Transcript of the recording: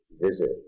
Visit